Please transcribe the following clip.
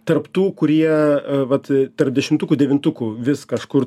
tarp tų kurie vat tarp dešimtukų devintukų vis kažkur